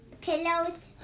Pillows